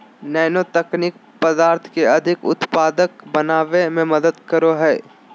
nano तकनीक पदार्थ के अधिक उत्पादक बनावय में मदद करो हइ